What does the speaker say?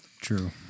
True